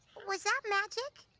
was that magic?